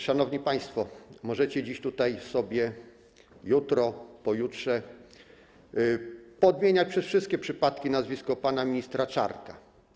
Szanowni państwo, możecie dziś tutaj sobie jutro, pojutrze poodmieniać przez wszystkie przypadki nazwisko pana ministra Czarnka.